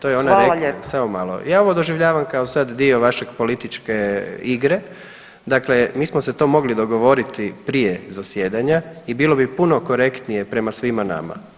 Ne, ne, to je ona rekla, samo malo ja ovo doživljavam kao sad dio vaše političke igre, dakle mi smo se to mogli dogovoriti prije zasjedanja i bilo bi puno korektnije prema svima nama.